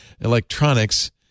electronics